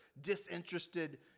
disinterested